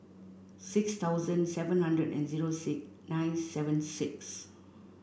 six thousand seven hundred and zero six nine seven six